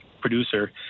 producer